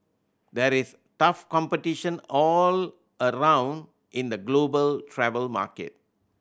there is tough competition all around in the global travel market